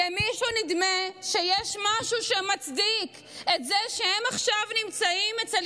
למישהו נדמה שיש משהו שמצדיק את זה שהם עכשיו נמצאים אצל